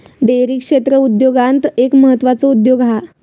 dairy क्षेत्र उद्योगांत एक म्हत्त्वाचो उद्योग हा